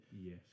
Yes